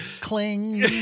Cling